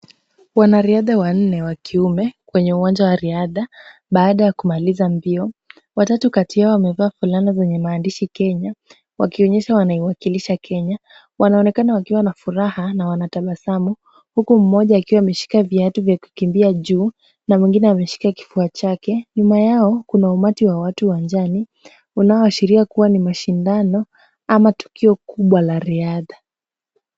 Wanariadha wanne wa kiume kwenye uwanja wa riadha baada ya kumaliza mbio. Watatu kati yao wamevaa fulana zenye maandishi Kenya wakionyesha wanaiwakilisha Kenya. Wanaonekana wakiwa na furaha na wanatabasamu huku mmoja akiwa ameshika viatu vya kukimbia juu na mwingine ameshika kifua chake. Nyuma yao kuna umati wa watu uwanjani unaoashiria kuwa ni mashindano ama tukio kubwa la riadha.